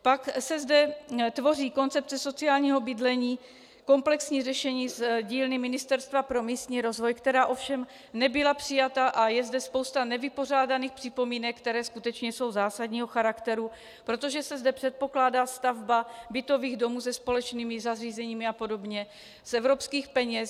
Pak se zde tvoří Koncepce sociálního bydlení, komplexní řešení z dílny Ministerstva pro místní rozvoj, která ovšem nebyla přijata, a je zde spousta nevypořádaných připomínek, které skutečně jsou zásadního charakteru, protože se zde předpokládá stavba bytových domů se společnými zařízeními apod. z evropských peněz.